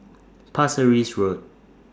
Pasir Ris Road